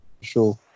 sure